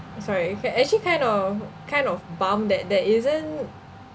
sorry okay actually kind of kind of bum that there isn't